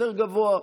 יותר גבוה,